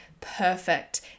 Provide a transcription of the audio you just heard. perfect